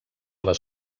les